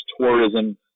tourism